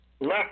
left